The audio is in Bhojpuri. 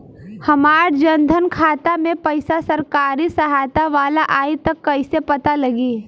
हमार जन धन खाता मे पईसा सरकारी सहायता वाला आई त कइसे पता लागी?